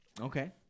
Okay